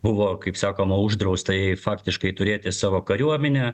buvo kaip sakoma uždrausta jai faktiškai turėti savo kariuomenę